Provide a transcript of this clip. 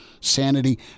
sanity